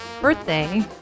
birthday